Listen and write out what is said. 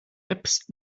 apps